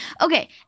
Okay